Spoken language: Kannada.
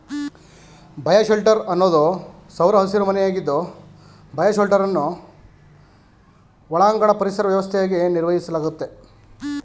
ಬಯೋಶೆಲ್ಟರ್ ಅನ್ನೋದು ಸೌರ ಹಸಿರುಮನೆಯಾಗಿದ್ದು ಬಯೋಶೆಲ್ಟರನ್ನು ಒಳಾಂಗಣ ಪರಿಸರ ವ್ಯವಸ್ಥೆಯಾಗಿ ನಿರ್ವಹಿಸಲಾಗ್ತದೆ